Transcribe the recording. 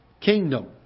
kingdom